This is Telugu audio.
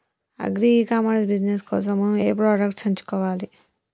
అగ్రి ఇ కామర్స్ బిజినెస్ కోసము ఏ ప్రొడక్ట్స్ ఎంచుకోవాలి?